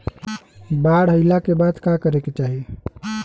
बाढ़ आइला के बाद का करे के चाही?